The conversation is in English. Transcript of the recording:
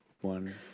one